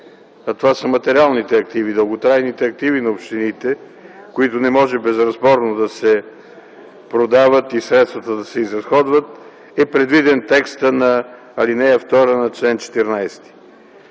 това са материалните активи - дълготрайните активи на общините, които не може безразборно да се продават и средствата да се изразходват, е предвиден текстът на ал. 2 на чл. 14.